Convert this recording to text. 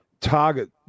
target